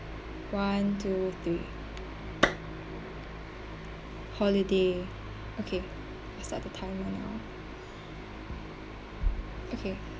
one two three holiday okay I start the timer now okay